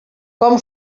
com